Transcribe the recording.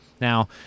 Now